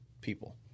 people